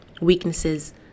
weaknesses